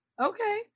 Okay